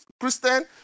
Christian